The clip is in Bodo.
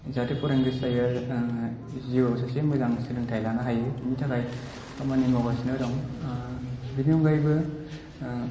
जाहाथे फरायनो गोसो जायो जिउआव सासे मोजां सोलोंथाय लानो हायो बिनि थाखाय खामानि मावगासिनो दं बिनि अनगायैबो आं